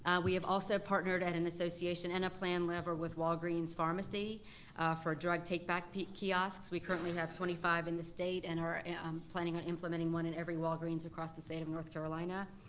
ah we have also partnered at an association and a plan lever with walgreens pharmacy for drug take-back kiosks. we currently have twenty five in the state, and are um planning on implementing one in every walgreens across the state of north carolina.